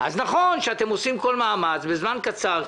אז נכון שאתם עושים כל מאמץ בזמן קצר,